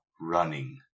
running